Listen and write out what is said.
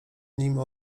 nim